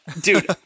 dude